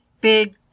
big